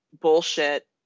bullshit